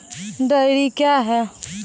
Dairy क्या हैं?